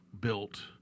built